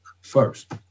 first